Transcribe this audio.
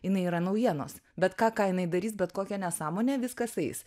jinai yra naujienos bet ką ką jinai darys bet kokią nesąmonę viskas eis